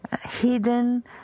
hidden